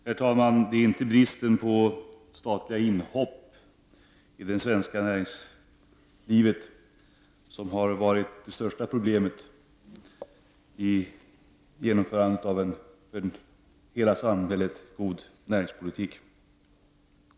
Herr talman! Det är inte bristen på statliga inhopp i det svenska näringslivet som har varit det största problemet vid genomförandet av en för hela samhället god näringspolitik.